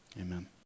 Amen